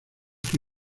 que